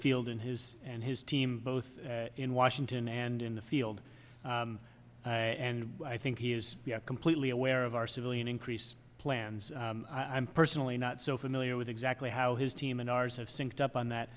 field and his and his team both in washington and in the field and i think he is completely aware of our civilian increase plans i'm personally not so familiar with exactly how his team and ours have sinked up on